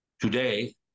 Today